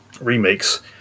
remakes